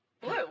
Blue